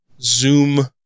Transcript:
Zoom